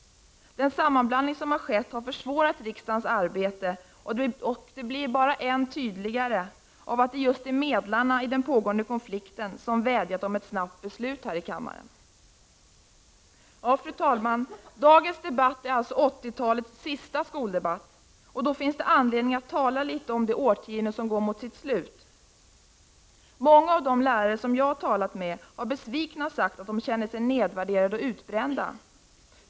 Den sammanblandning som har skett har försvårat riksdagens arbete, och det blir bara än tydligare av att det just är medlarna i den pågående konflikten som vädjat om ett snabbt beslut här i kammaren. Fru talman! Dagens debatt är alltså 1980-talets sista skoldebatt, och då finns det anledning att tala litet om det årtionde som nu går mot sitt slut. Många av de lärare som jag har talat med har besvikna sagt att de känner sig nedvärderade och utbrända.